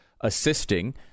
assisting